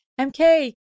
MK